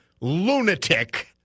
lunatic